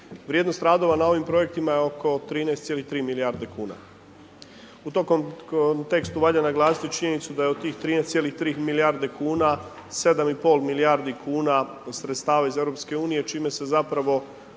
vrijednost radova na ovim projektima je oko 13,3 milijarde kuna. U tom kontekstu valja naglasiti činjenicu da je od tih 13,3 milijarde kuna, 7,5 milijardi kuna sredstava iz EU, čime se zapravo